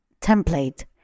template